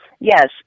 Yes